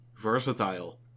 versatile